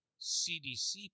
CDC